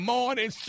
Morning